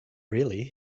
really